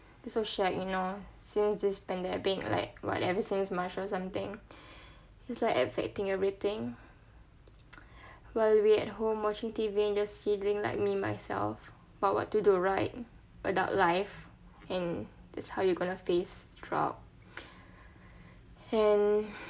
that's so shag you know since this pandemic like what ever since march or something it's like affecting everything well we at home watching T_V and just feeling like me myself but what to do right adult life and that's how you gonna face through out and